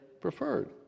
preferred